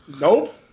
Nope